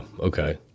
okay